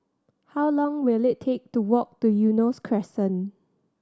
how long will it take to walk to Eunos Crescent